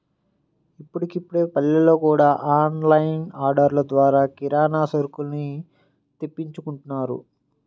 ఇప్పుడిప్పుడే పల్లెల్లో గూడా ఆన్ లైన్ ఆర్డర్లు ద్వారా కిరానా సరుకుల్ని తెప్పించుకుంటున్నారు